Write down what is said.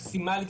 מקסימלית,